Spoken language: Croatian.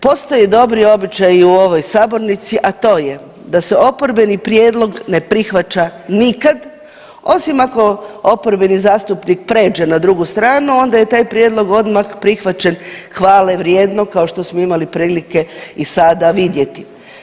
Postoje dobri običaji u ovoj sabornici, a to je da se oporbeni prijedlog ne prihvaća nikad osim ako oporbeni zastupnik pređe na drugu stranu onda je taj prijedlog odmah prihvaćen hvalevrijedno kao što smo imali prilike i sada vidjeti.